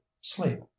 sleep